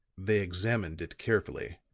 they examined it carefully.